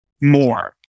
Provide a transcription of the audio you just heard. more